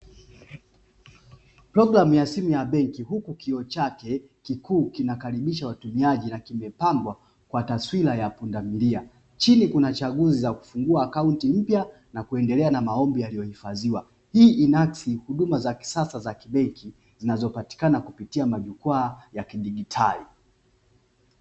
Programu ya simu ya benki huku kioo chake kikuu kinakaribisha watumiaji na kimepambwa kwa taswira ya pundamilia, chini kuna chaguzi za kufungua akaunti mpya na kuendelea na maombi yaliyohifadhiwa, hii inaakisi huduma za kisasa za kibenki zinazopatikana kupitia majukwaa ya kidigitali.